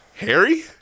Harry